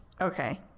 Okay